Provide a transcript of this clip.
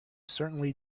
certainly